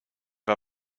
war